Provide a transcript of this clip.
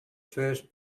first